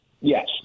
Yes